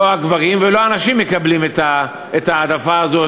לא הגברים ולא הנשים מקבלים את ההעדפה הזאת,